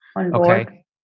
Okay